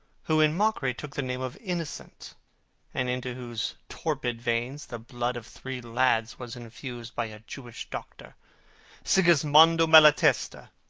who in mockery took the name of innocent and into whose torpid veins the blood of three lads was infused by a jewish doctor sigismondo malatesta,